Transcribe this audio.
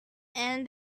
and